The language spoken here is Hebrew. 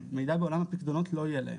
ומידע בעולם הפיקדונות לא יהיה להם.